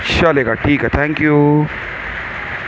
چلے گا ٹھیک ہے تھینک یو